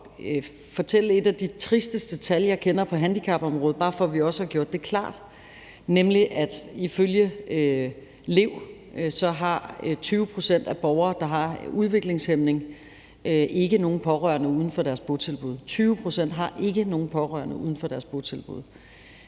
at nævne et af de tristeste tal, jeg kender på handicapområdet, bare for, at vi også har gjort det klart, nemlig at ifølge Lev har 20 pct. af borgere, der har udviklingshæmning, ikke nogen pårørende uden for deres botilbud. 20 pct. har ikke nogen pårørende uden for deres botilbud,